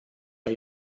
der